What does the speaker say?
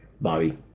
bobby